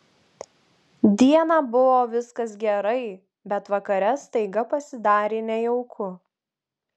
dieną buvo viskas gerai bet vakare staiga pasidarė nejauku